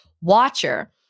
watcher